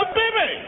baby